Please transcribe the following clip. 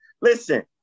Listen